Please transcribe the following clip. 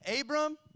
Abram